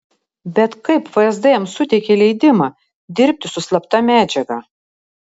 bet kaip vsd jam suteikė leidimą dirbti su slapta medžiaga